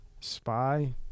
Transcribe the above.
spy